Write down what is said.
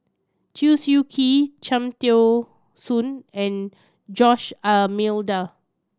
Chew Swee Kee Cham Tao Soon and Jose D'Almeida